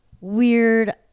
weird